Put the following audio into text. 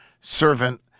servant